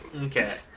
okay